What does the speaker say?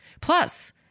Plus